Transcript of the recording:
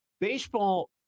Baseball